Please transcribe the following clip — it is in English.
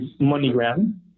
MoneyGram